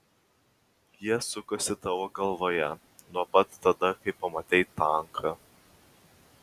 jis sukosi tavo galvoje nuo pat tada kai pamatei tanką